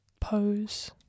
pose